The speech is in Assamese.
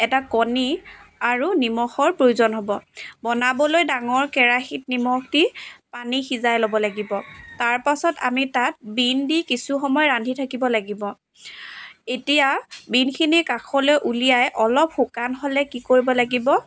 এটা কণী আৰু নিমখৰ প্ৰয়োজন হ'ব বনাবলৈ ডাঙৰ কেৰাহিত নিমখ দি পানী সিজাই ল'ব লাগিব তাৰপাছত আমি তাত বীন দি কিছু সময় ৰান্ধি থাকিব লাগিব এতিয়া বীনখিনি কাষলৈ উলিয়াই অলপ শুকান হ'লে কি কৰিব লাগিব